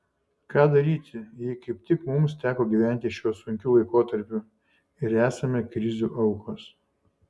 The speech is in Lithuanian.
ką daryti jei kaip tik mums teko gyventi šiuo sunkiu laikotarpiu ir esame krizių aukos